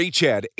Chad